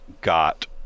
got